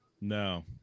No